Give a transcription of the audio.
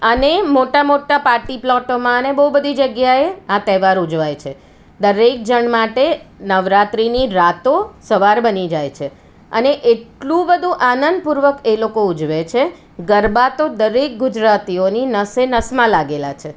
અને મોટા મોટા પાર્ટી પ્લોટોમાં અને બહુ બધી જગ્યા એ આ તહેવાર ઉજવાય છે દરેક જણ માટે નવરાત્રિની રાતો સવાર બની જાય છે અને એટલું બધું આનંદપૂર્વક એ લોકો ઉજવે છે ગરબા તો દરેક ગુજરાતીઓની નસેનસમાં લાગેલા છે